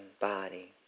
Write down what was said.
body